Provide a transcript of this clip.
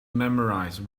memorize